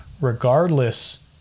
regardless